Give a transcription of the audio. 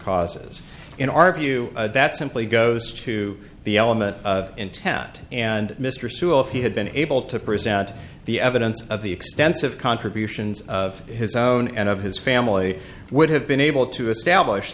causes in our view that simply goes to the element of intent and mr sewell if he had been able to present the evidence of the extensive contributions of his own and of his family would have been able to establish